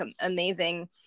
amazing –